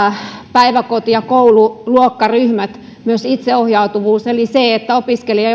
päiväkoti ja koululuokkaryhmät myös itseohjautuvuus eli se että opiskelija